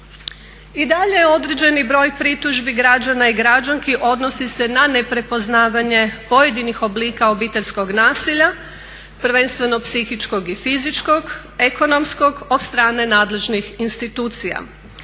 I dalje je određeni broj pritužbi građana i građanki odnosi se na neprepoznavanje pojedinih oblika obiteljskog nasilja prvenstveno psihičkog i fizičkog, ekonomskog od strane nadležnih institucija.